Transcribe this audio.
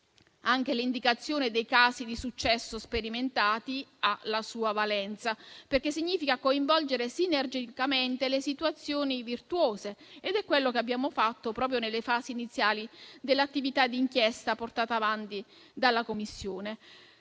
Anche l'indicazione dei casi di successo sperimentati ha la sua valenza, perché significa coinvolgere sinergicamente le situazioni virtuose. È quello che abbiamo fatto proprio nelle fasi iniziali dell'attività di inchiesta portata avanti dalla Commissione.